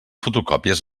fotocòpies